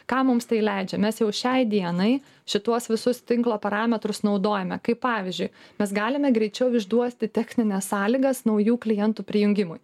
ką mums tai leidžia mes jau šiai dienai šituos visus tinklo parametrus naudojame kaip pavyzdžiui mes galime greičiau išduoti technines sąlygas naujų klientų prijungimui